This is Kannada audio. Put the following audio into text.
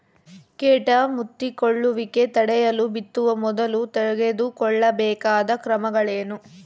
ಕೇಟ ಮುತ್ತಿಕೊಳ್ಳುವಿಕೆ ತಡೆಯಲು ಬಿತ್ತುವ ಮೊದಲು ತೆಗೆದುಕೊಳ್ಳಬೇಕಾದ ಕ್ರಮಗಳೇನು?